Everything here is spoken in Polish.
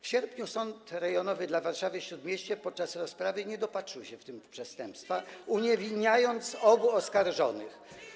W sierpniu Sąd Rejonowy dla Warszawy-Śródmieścia podczas rozprawy nie dopatrzył się w tym przestępstwa, uniewinniając obu oskarżonych.